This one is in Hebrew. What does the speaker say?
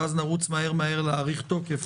ואז נרוץ מהר מהר להאריך תוקף,